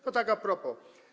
To tak a propos.